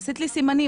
עשית לי סימנים,